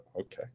okay